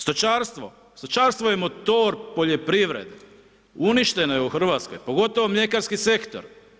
Stočarstvo, stočarstvo je motor poljoprivrede, uništeno je u Hrvatskoj, pogotovo mljekarski sektor.